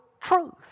truth